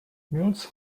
mutes